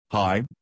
Hi